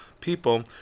people